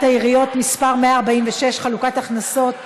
העיריות (תיקון מס' 146) (חלוקת הכנסות),